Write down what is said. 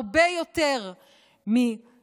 הרבה יותר משמאל,